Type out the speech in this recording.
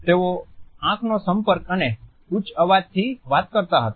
તેઓ આંખનો સંપર્ક અને ઉચ્ચા અવાજથી વાત કરતા હતા